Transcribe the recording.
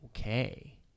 okay